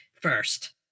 first